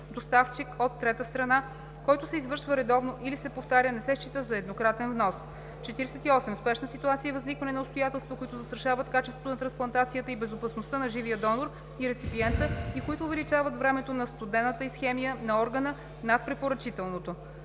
доставчик от трета държава, който се извършва редовно или се повтаря, не се счита за „еднократен внос“. 48. „Спешна ситуация“ е възникване на обстоятелства, които застрашават качеството на трансплантацията и безопасността на живия донор и реципиента и които увеличават времето на студената исхемия на органа над препоръчителното.